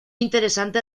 interesante